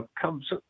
comes